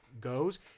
goes